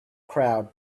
crowd